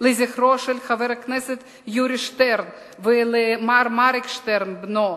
לזכרו של חבר הכנסת יורי שטרן ולמר מריק שטרן בנו,